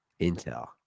intel